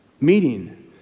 Meeting